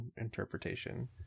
interpretation